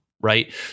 Right